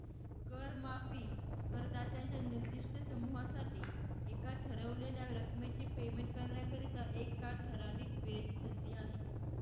कर माफी करदात्यांच्या निर्दिष्ट समूहासाठी एका ठरवलेल्या रकमेचे पेमेंट करण्याकरिता, एका ठराविक वेळेची संधी आहे